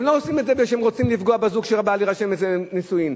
הם לא עושים את זה מפני שהם רוצים לפגוע בזוג שבא להירשם אצלם לנישואים,